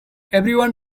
everyone